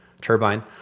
turbine